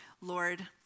Lord